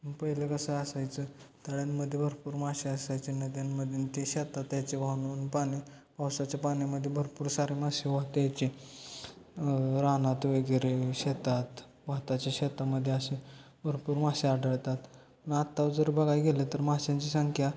पहिले कसं असायचं तळ्यांमध्ये भरपूर मासे असायचे नद्यांमधून ते शेतात यायचे वाहून वाहून पाणी पावसाच्या पाण्यामध्ये भरपूर सारे मासे वाहत यायचे रानात वगैरे शेतात भाताच्या शेतामध्ये असे भरपूर मासे आढळतात आत्ता जर बघाय गेलं तर माशांची संख्या